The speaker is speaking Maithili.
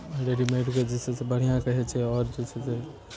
रेडीमेडके जे छै से बढ़िआँ कहै छै आओर जे छै से